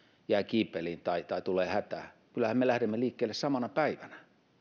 jää kiipeliin tai tai tulee hätä kyllähän me lähdemme liikkeelle samana päivänä